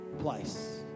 place